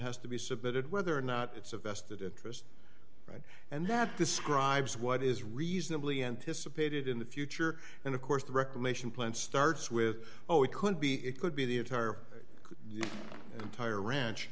has to be submitted whether or not it's a vested interest right and that describes what is reasonably anticipated in the future and of course the reclamation plan starts with oh it could be it could be the entire entire ranch